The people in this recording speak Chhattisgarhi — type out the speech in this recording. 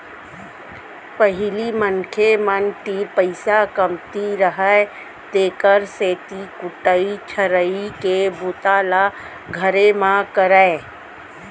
पहिली मनखे मन तीर पइसा कमती रहय तेकर सेती कुटई छरई के बूता ल घरे म करयँ